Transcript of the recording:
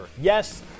Yes